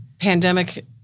pandemic